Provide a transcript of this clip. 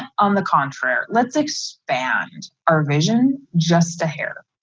on the contrary, let's expand our vision. just a hair.